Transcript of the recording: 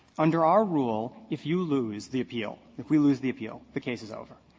under our rule, if you lose the appeal, if we lose the appeal, the case is over.